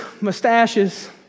mustaches